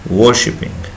worshipping